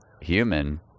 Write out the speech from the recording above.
human